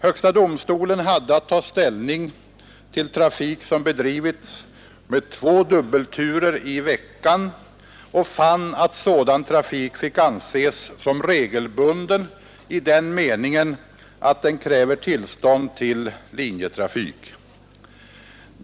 Högsta domstolen hade att ta ställning till trafik som bedrivits med två dubbelturer i veckan och fann att sådan trafik fick anses som regelbunden i den meningen, att den kräver tillstånd till linjetrafik.